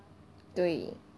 对